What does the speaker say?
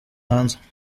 hanze